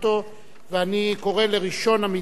ואני קורא לראשון המתדיינים,